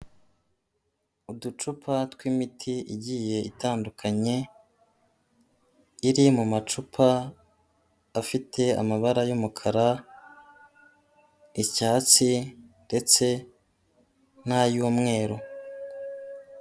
Uducupa tw'imiti igiye itandukanye, iri mu macupa afite amabara y'umukara, icyatsi, ndetse n'ay'umweru.